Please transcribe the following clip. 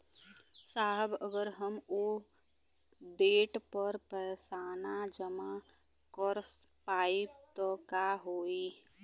साहब अगर हम ओ देट पर पैसाना जमा कर पाइब त का होइ?